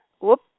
whoop